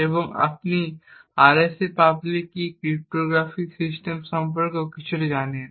এবং আপনি RSA public key cryptosystem সম্পর্কেও কিছুটা জানেন